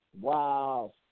Wow